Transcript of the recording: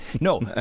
No